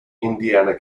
indiana